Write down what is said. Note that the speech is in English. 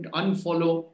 unfollow